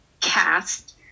cast